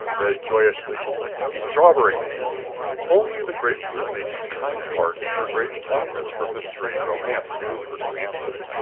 read joyously strawberry man only the grapefruit lady's kind heart and her great fondness for mystery and romance move her to answer.